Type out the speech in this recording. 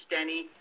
Denny